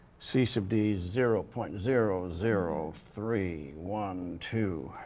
c sub d is zero point zero zero three one two